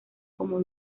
como